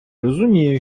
розумію